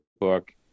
book